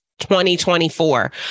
2024